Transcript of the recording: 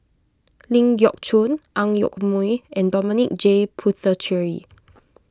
Ling Geok Choon Ang Yoke Mooi and Dominic J Puthucheary